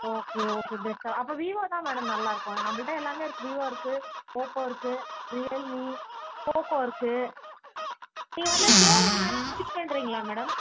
okay okay பெஸ்ட்டாக அப்போ Vivo தான் மேடம் நல்லா இருக்கும் நம்பள்கிட்ட எல்லாமே இருக்கு விவோ இருக்கு ஓப்போ இருக்கு ரியல்மீ போக்கோ இருக்கு நீங்கள் வேணா ஷோரூம் வேணா விசிட் பண்ணுறீங்களா மேடம்